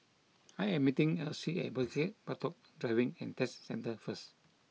I am meeting Elsie at Bukit Batok Driving and Test Centre first